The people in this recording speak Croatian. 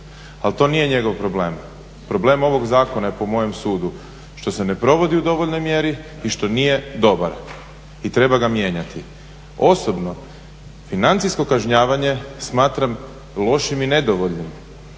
ali to nije njegov problem. Problem ovog zakona je po mojem sudu što se ne provodi u dovoljnoj mjeri i što nije dobar i treba ga mijenjati. Osobno financijsko kažnjavanje smatram lošim i nedovoljnim.